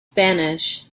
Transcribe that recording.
spanish